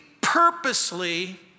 purposely